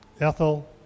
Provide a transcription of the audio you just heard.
Ethel